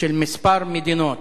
של כמה מדינות.